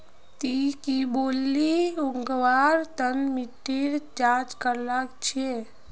ती की ब्रोकली उगव्वार तन मिट्टीर जांच करया छि?